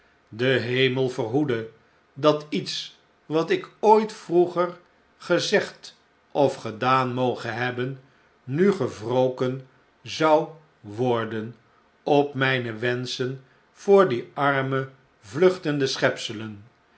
de hemel verhoede dat iets watik ooit vroeger gezegd of gedaan moge hebben nu gewroken zou worden op mpe wenschen voor die arme vluchtende